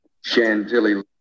Chantilly